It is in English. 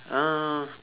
uh